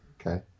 Okay